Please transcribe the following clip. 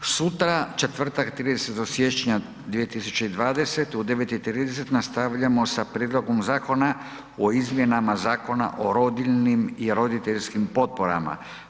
Sutra u četvrtak 30. siječnja 2020. u 9.30 nastavljamo sa Prijedlogom zakona o izmjenama Zakona o rodiljnim i roditeljskim potporama.